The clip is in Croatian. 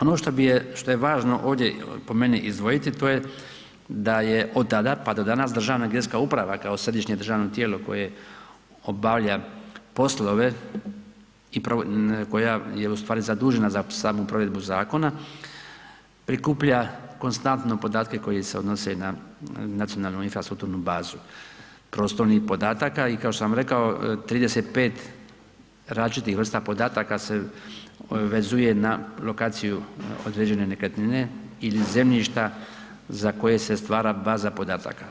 Ono što je važno po meni ovdje izdvojiti a to je da je od tada pa do danas Državna geodetska uprava kao središnje državno tijelo koje obavlja poslove i koja je ustvari zadužena za samu provedbu zakona, prikuplja konstantno podatke koji se odnose na nacionalnu infrastrukturnu bazu prostornih podataka i kao što sam rekao, 35 različitih vrsta podataka se vezuje na lokaciju određene nekretnine ili zemljišta za koje se stvara baza podataka.